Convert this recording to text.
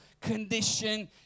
condition